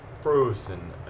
frozen